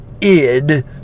id